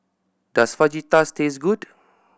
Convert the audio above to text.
does Fajitas taste good